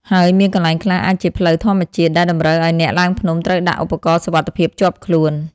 ហើយមានកន្លែងខ្លះអាចជាផ្លូវធម្មជាតិ ដែលតម្រូវឱ្យអ្នកឡើងភ្នំត្រូវដាក់ឧបករណ៍សុវត្ថិភាពជាប់ខ្លួន។